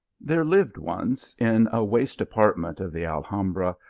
there lived once, in a waste apartment of the alhambra,